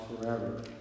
forever